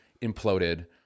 imploded